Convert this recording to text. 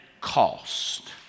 cost